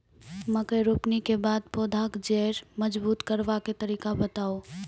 मकय रोपनी के बाद पौधाक जैर मजबूत करबा के तरीका बताऊ?